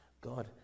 God